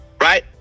right